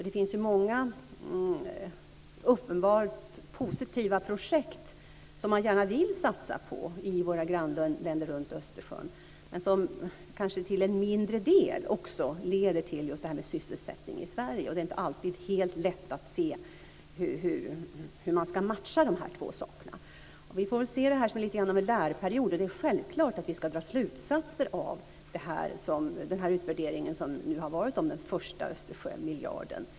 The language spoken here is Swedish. Det finns många uppenbart positiva projekt som man gärna vill satsa på i våra grannländer runt Östersjön men som kanske till en mindre del leder till sysselsättning i Sverige. Det är inte alltid helt lätt att se hur man ska matcha dessa två saker. Vi får se detta lite som en lärperiod. Det är självklart att vi ska dra slutsatser av den utvärdering som nu har varit om den första Östersjömiljarden.